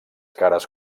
cares